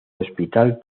hospital